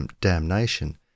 damnation